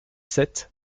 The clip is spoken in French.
sept